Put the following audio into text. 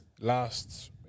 lasts